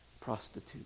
prostitute